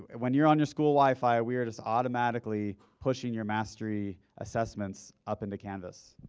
when you're on your school wifi we are just automatically pushing your mastery assessments up into canvas,